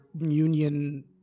union